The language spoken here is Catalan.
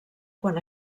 quan